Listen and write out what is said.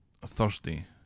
Thursday